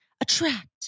attract